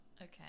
Okay